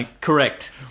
Correct